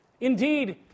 Indeed